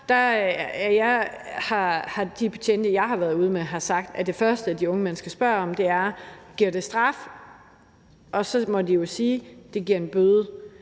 de betjente, jeg har været ude med, sagt, at det første, de unge mennesker spørger om, er: Giver det straf? Og så må de jo svare: Det giver en bøde.